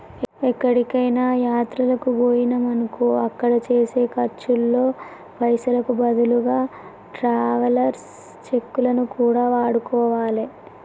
ఎక్కడికైనా యాత్రలకు బొయ్యినమనుకో అక్కడ చేసే ఖర్చుల్లో పైసలకు బదులుగా ట్రావెలర్స్ చెక్కులను కూడా వాడుకోవాలే